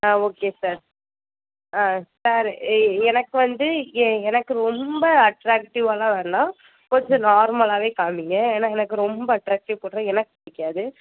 ஆ okay sir ஆ sir ஏ எனக்கு வந்து ஏ எனக்கு ரொம்ப அட்ராக்ட்டிவாலாம் வேணாம் கொஞ்சம் நார்மலாகவே காமிங்க ஏன்னா எனக்கு ரொம்ப அட்ராக்ட்டிவாக போட்டால் எனக்கு பிடிக்காது